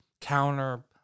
counter